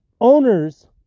owners